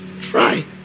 Try